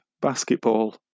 basketball